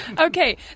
Okay